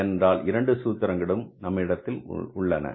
ஏனென்றால் இரண்டு சூத்திரங்களும் நம்மிடத்தில் உள்ளன